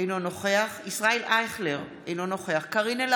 יוסף ג'בארין, סעיד אלחרומי,